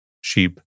Sheep